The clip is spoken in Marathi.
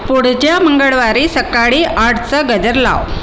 पुढच्या मंगळवारी सकाळी आठचा गजर लाव